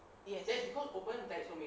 yes